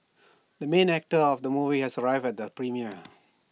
the main actor of the movie has arrived at the premiere